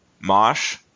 Mosh